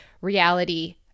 reality